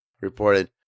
reported